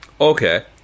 okay